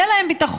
יהיה להן ביטחון,